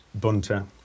Bunter